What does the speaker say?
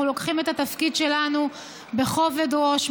אנחנו לוקחים את התפקיד שלנו בכובד ראש,